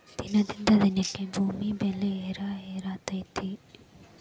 ದಿನದಿಂದ ದಿನಕ್ಕೆ ಭೂಮಿ ಬೆಲೆ ಏರೆಏರಾತೈತಿ